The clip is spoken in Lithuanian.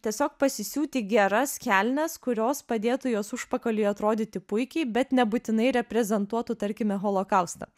tiesiog pasisiūti geras kelnes kurios padėtų jos užpakaliui atrodyti puikiai bet nebūtinai reprezentuotų tarkime holokaustą